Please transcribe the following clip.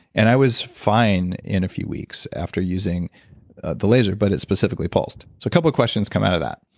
and i was fine in a few weeks after using the laser but is specifically pulsed so a couple of questions come out of that.